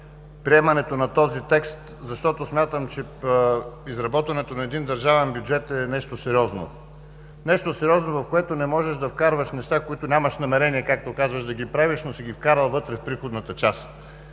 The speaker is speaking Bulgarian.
приемането на този текст, защото смятам, че изработването на един държавен бюджет е нещо сериозно. Нещо сериозно, в което не можеш да вкарваш неща, които нямаш намерение да правиш, но си ги вкарал вътре в приходната част.